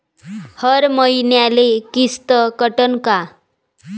हर मईन्याले किस्त कटन का?